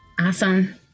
Awesome